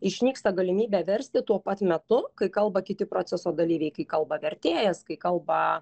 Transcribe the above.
išnyksta galimybė versti tuo pat metu kai kalba kiti proceso dalyviai kai kalba vertėjas kai kalba